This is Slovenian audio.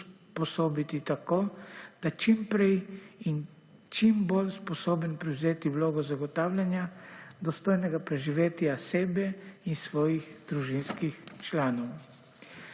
usposobiti tako, da čim prej in čim bolj sposoben prevzeti vlogo zagotavljanja dostojnega preživetja sebe in svojih družinskih članov.